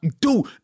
dude